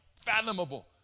fathomable